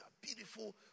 beautiful